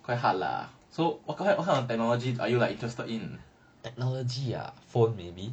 so what kind what kind of technology are you like interested in